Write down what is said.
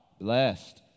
Blessed